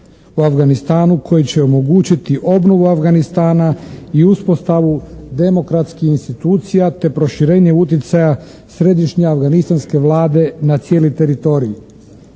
u Afganistanu koji će omogućiti obnovu Afganistana i uspostavu demokratskih institucija te proširenje utjecaja Središnje afganistanske Vlade na cijeli teritorij